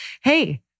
hey